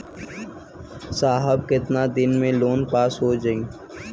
साहब कितना दिन में लोन पास हो जाई?